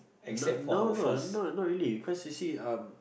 now no not not really because you see um